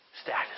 status